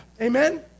Amen